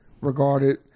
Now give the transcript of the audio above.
regarded